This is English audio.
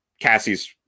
Cassie's